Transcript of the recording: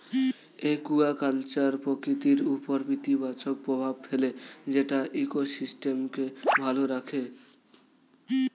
aquaculture প্রকৃতির উপর ইতিবাচক প্রভাব ফেলে যেটা ইকোসিস্টেমকে ভালো রাখে